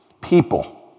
People